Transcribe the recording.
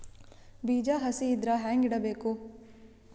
ಬೀಜ ಹಸಿ ಇದ್ರ ಹ್ಯಾಂಗ್ ಇಡಬೇಕು?